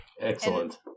Excellent